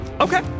Okay